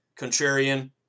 contrarian